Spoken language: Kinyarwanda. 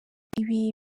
ibi